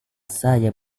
saya